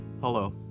hello